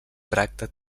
tracta